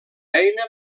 eina